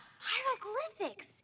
Hieroglyphics